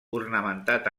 ornamentat